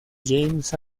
james